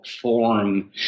form